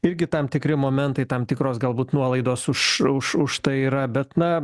irgi tam tikri momentai tam tikros galbūt nuolaidos už už už tai yra bet na